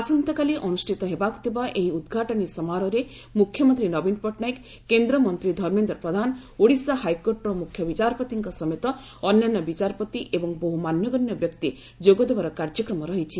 ଆସନ୍ତାକାଲି ଅନୁଷ୍ଠିତ ହେବାକୁ ଥିବା ଏହି ଉଦ୍ଘାଟନୀ ସମାରୋହରେ ମୁଖ୍ୟମନ୍ତ୍ରୀ ନବୀନ ପଟ୍ଟନାୟକ କେନ୍ଦ୍ରମନ୍ତ୍ରୀ ଧର୍ମେନ୍ଦ୍ର ପ୍ରଧାନ ଓଡିଶା ହାଇକୋର୍ଟର ମୁଖ୍ୟ ବିଚାରପତିଙ୍କ ସମେତ ଅନ୍ୟାନ୍ୟ ବିଚାରପତି ଏବଂ ବହୁ ମାନଗଣ୍ୟ ବ୍ୟକ୍ତି ଯୋଗଦେବାର କାର୍ଯ୍ୟକ୍ରମ ରହିଛି